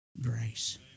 grace